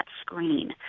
screen